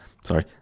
sorry